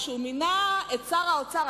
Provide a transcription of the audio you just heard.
כשהוא מינה את שר האוצר,